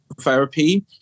therapy